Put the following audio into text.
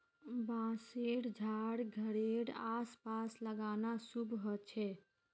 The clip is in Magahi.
बांसशेर झाड़ घरेड आस पास लगाना शुभ ह छे